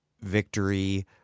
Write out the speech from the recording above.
victory